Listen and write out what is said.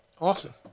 Awesome